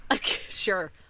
Sure